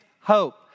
hope